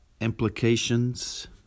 implications